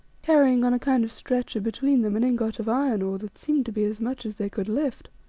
carrying on a kind of stretcher between them an ingot of iron ore that seemed to be as much as they could lift.